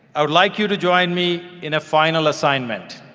i would like you to join me in a final assignment.